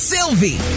Sylvie